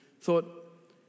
thought